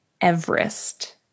Everest